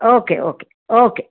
okay okay okay